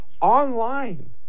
online